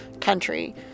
country